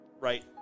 Right